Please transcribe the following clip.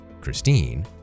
Christine